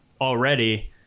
already